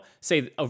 say